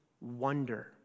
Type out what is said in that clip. wonder